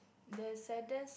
the saddest